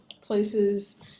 places